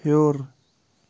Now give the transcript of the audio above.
ہیوٚر